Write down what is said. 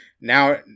Now